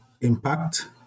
impact